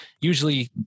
usually